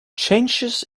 changes